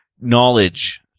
knowledge